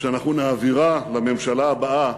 שאנחנו נעבירה לממשלה הבאה